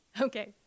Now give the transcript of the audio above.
Okay